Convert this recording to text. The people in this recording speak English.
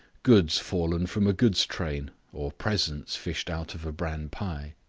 goods fallen from a goods train or presents fished out of a bran-pie.